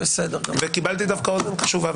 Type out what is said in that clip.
וקיבלתי דווקא אוזן קשובה,